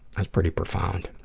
that's pretty profound.